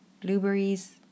blueberries